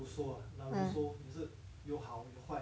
ah